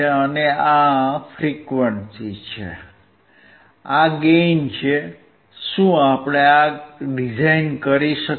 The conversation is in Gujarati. તથા આ ફ્રીક્વંસી છે આ ગેઇન છે શું આપણે આ ડિઝાઇન કરી શકીએ